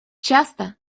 часто